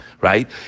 right